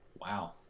Wow